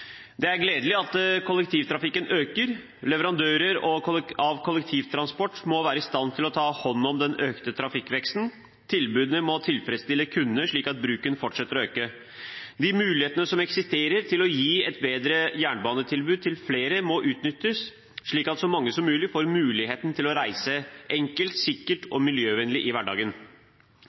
Det er gledelig at kollektivtrafikken øker. Leverandører av kollektivtransport må være i stand til å ta hånd om den økte trafikkveksten. Tilbudet må tilfredsstille kundene, slik at bruken fortsetter å øke. De mulighetene som eksisterer til å gi et bedre jernbanetilbud til flere, må utnyttes, slik at så mange som mulig får muligheten til å reise enkelt, sikkert